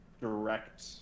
direct